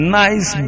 nice